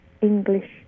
English